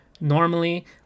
normally